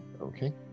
Okay